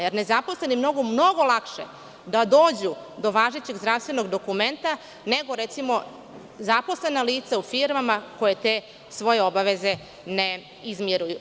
Jer, nezaposleni mogu mnogo lakše da dođu do važećeg zdravstvenog dokumenta, nego recimo, zaposlena lica u firmama koje te svoje obaveze ne izmiruju.